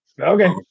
Okay